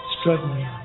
struggling